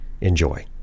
Enjoy